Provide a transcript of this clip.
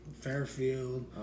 Fairfield